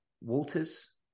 Walters